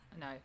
No